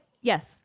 yes